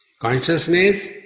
Consciousness